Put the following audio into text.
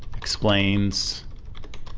explains